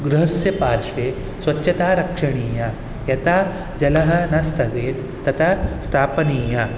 गृहस्य पार्श्वे स्वच्छता रक्षणीया यथा जलं न स्थगेत् तता स्थापनीया